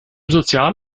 sozial